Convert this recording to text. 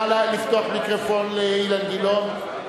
נא לפתוח מיקרופון לאילן גילאון.